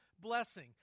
blessing